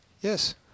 Yes